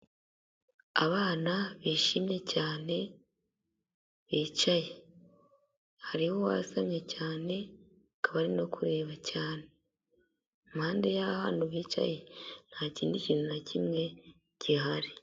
Abana bishimye cyane bicaye, hariho uwasamye cyane akaba ari no kureba cyane, impande y'ahantu hicaye ntakindi kintu na kimwe gihari.